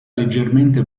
leggermente